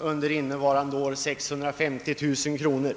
Under innevarande år utgår 650 000 kronor.